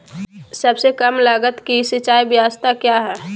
सबसे कम लगत की सिंचाई ब्यास्ता क्या है?